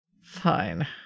Fine